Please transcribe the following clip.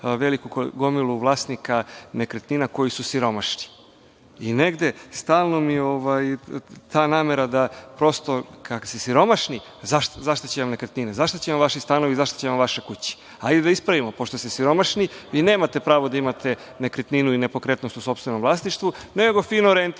dobili gomilu vlasnika nekretnina koji su siromašni. Negde mi je stalno ta namera, kada ste siromašni za šta će vam nekretnine, za šta će vam vaši stanovi i za šta će vam vaše kuće? Hajde da ispravimo, pošto se siromašni, nemate pravo da imate nekretninu i nepokretnost u sopstvenom vlasništvu, nego fino